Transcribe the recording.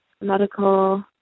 medical